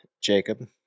Jacob